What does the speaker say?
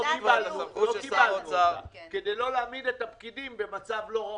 ולא קיבלנו אותה כדי לא להעמיד את הפקידים במצב לא ראוי.